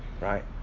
right